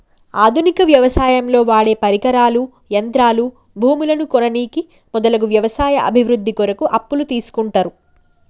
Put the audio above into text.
ఆధునిక వ్యవసాయంలో వాడేపరికరాలు, యంత్రాలు, భూములను కొననీకి మొదలగు వ్యవసాయ అభివృద్ధి కొరకు అప్పులు తీస్కుంటరు